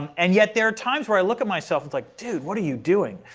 and yet there are times where i look at myself, it's like dude, what are you doing?